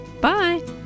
Bye